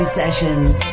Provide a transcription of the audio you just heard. sessions